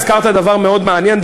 הזכרת דבר מאוד מעניין,